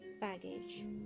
baggage